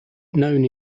known